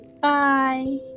Bye